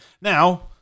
Now